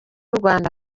rwanda